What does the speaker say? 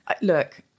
look